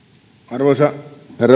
arvoisa herra